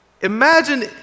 Imagine